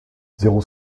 zéro